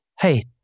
hey